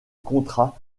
contrat